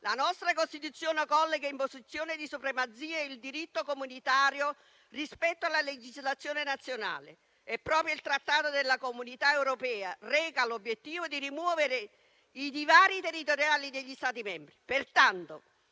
la nostra Costituzione colloca in posizione di supremazia il diritto comunitario rispetto alla legislazione nazionale e proprio il Trattato della Unione europea reca l'obiettivo di rimuovere i divari territoriali tra gli Stati membri.